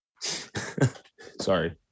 Sorry